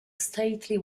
stately